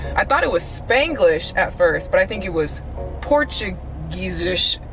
i thought it was spanglish at first, but i think it was portuguesish,